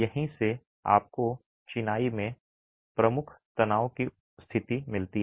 यहीं से आपको चिनाई में प्रमुख तनाव की स्थिति मिलती है